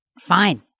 Fine